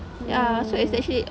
oh